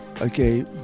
okay